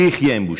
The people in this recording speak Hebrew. שיחיה עם בושתו.